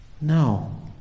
no